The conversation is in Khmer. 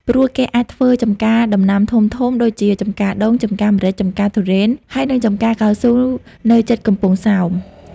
ព្រោះគេអាចធ្វើចំការដំណាំធំៗ ដូចជាចំការដូង ចំការម្រេច ចំការធូរេន ហើយនិងចំការកៅស៊ូនៅជិតកំពង់ សោម ។